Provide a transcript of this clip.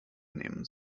nehmen